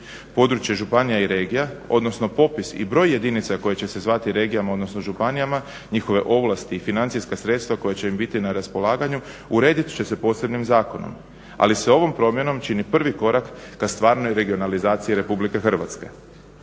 Područje županija i regija, odnosno popis i broj jedinica koje će se zvati regijama odnosno županijama, njihove ovlasti i financijska sredstva koja će im biti na raspolaganju uredit će se posebnim zakonom, ali se ovom promjenom čini prvi korak ka stvaranju regionalizacije Republike Hrvatske.